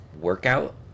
workout